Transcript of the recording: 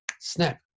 snap